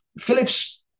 Phillips